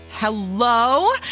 Hello